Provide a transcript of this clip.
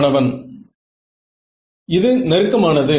மாணவன் இது நெருக்கம் ஆனது